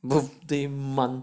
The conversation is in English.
birthday month